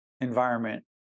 environment